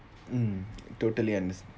mm total